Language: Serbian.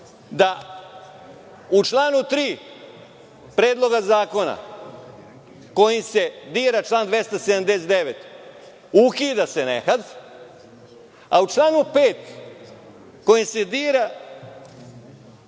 da u članu 3. Predloga zakona, kojim se dira član 279. ukida se nehat, a u članu 5. kojim se dira